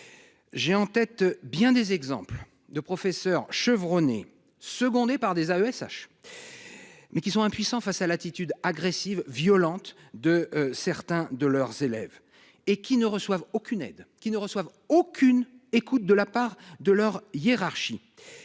J'ai en tête bien des exemples de professeurs chevronnés, secondée par des AESH. Mais qui sont impuissants face à l'attitude agressive violente de certains de leurs élèves et qu'ils ne reçoivent aucune aide qui ne reçoivent aucune écoute de la part de leur hiérarchie.